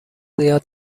زیاد